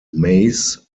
maize